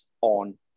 on